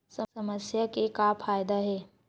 समस्या के का फ़ायदा हे?